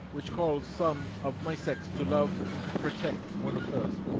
which calls some of my sex to love and to protect one of hers,